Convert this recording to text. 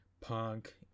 punk